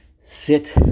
sit